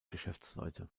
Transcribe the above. geschäftsleute